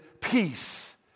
peace